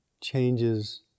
changes